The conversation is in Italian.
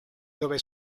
dove